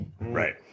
right